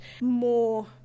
more